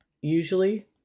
usually